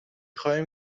خواهیم